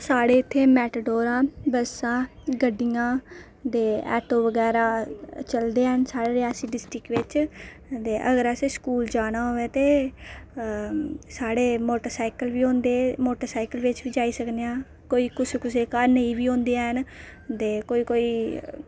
साढ़े इत्थै मेटाडोरां बस्सां गड्डियां ते ऐटो बगैरा चलदे हैन साढ़े रियासी डिस्ट्रक्ट बिच दे अगर असें स्कूल जाना होऐ ते साढ़े मोटरसाइकल बी होंदे मोटरसाइक्ल बिच बी जाई सकने हा कोई कुसै दे घार नेईं बी होंदे हैन दे कोई कोई